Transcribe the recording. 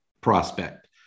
prospect